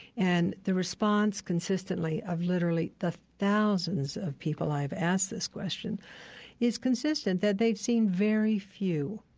and the response, consistently, of literally the thousands of people i've asked this question is consistent that they've seen very few,